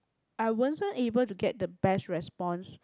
I wasn't able to get the best response